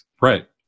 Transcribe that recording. right